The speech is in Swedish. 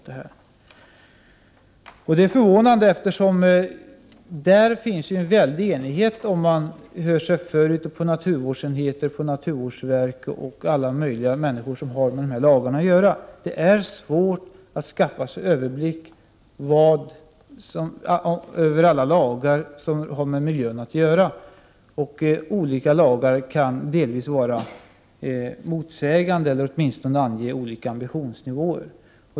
Detta är förvånande, eftersom det råder stor enighet i denna fråga bland människor på naturvårdsenheter, på naturvårdsverket och alla möjliga andra som arbetar med dessa lagar. Det är svårt att skaffa sig överblick över andra lagar som har med miljön att göra. Olika lagar kan delvis vara motsägande eller åtminstone ha olika ambitionsnivåer.